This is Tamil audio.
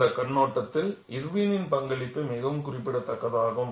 அந்தக் கண்ணோட்டத்தில் இர்வின் பங்களிப்பு மிகவும் குறிப்பிடத்தக்கதாகும்